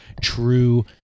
true